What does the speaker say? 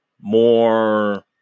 more